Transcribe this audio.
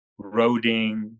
roading